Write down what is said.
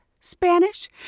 Spanish